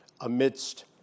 amidst